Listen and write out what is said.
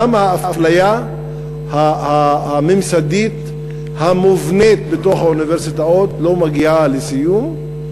למה האפליה הממסדית המובנית בתוך האוניברסיטאות לא מגיעה לסיום,